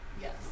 Yes